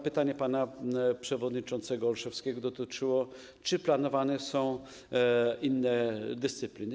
Pytanie pana przewodniczącego Olszewskiego dotyczyło tego, czy planowane są inne dyscypliny.